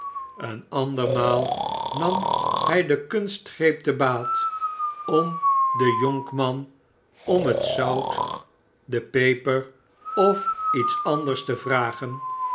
een andermaal nam hij de kunstgreep te baat om den jonkman barnaby rudge om het zout de peper of iets anders te vragen